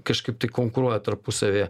kažkaip tai konkuruoja tarpusavyje